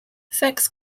sex